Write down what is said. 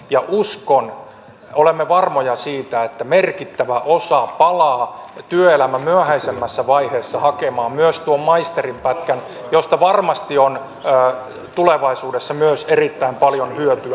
ja uskon olemme varmoja siitä että merkittävä osa palaa työelämän myöhäisemmässä vaiheessa hakemaan myös tuon maisterin pätkän josta varmasti on tulevaisuudessa erittäin paljon hyötyä